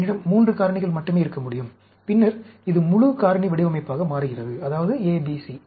என்னிடம் 3 காரணிகள் மட்டுமே இருக்க முடியும் பின்னர் இது முழு காரணி வடிவமைப்பாக மாறுகிறது அதாவது A B C